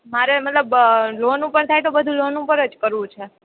મારે મતલબ લોન ઉપર થાય તો બધું લોન ઉપર જ કરવું છે